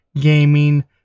gaming